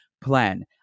plan